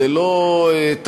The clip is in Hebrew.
זה לא תענוג,